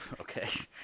okay